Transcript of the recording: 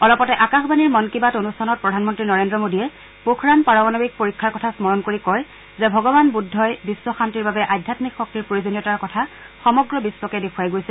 অলপতে আকাশবাণীৰ মন কী বাত অনুষ্ঠানত প্ৰধানমন্ত্ৰী নৰেন্দ্ৰ মোডীয়ে পোখৰাণ পাৰমাণৱিক পৰীক্ষাৰ কথা স্মৰণ কৰি কয় যে ভগৱান বুদ্ধই বিশ্ব শান্তিৰ বাবে আধ্যামিক শক্তিৰ প্ৰয়োজনীয়তাৰ কথা সমগ্ৰ বিশ্বকে দেখুৱাই গৈছে